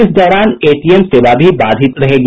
इस दौरान एटीएम सेवा भी बाधित रहेगी